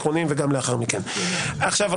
הוא מדייק בעובדות.